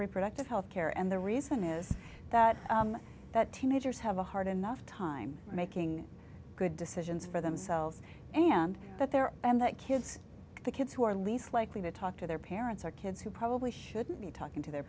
reproductive health care and the reason is that that teenagers have a hard enough time making good decisions for themselves and that there and that kids the kids who are least likely to talk to their parents or kids who probably shouldn't be talking to their